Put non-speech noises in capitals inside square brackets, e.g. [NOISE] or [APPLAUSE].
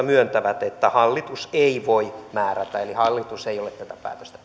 [UNINTELLIGIBLE] myöntävät että hallitus ei voi määrätä eli hallitus ei ole tätä päätöstä [UNINTELLIGIBLE]